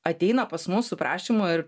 ateina pas mus su prašymu ir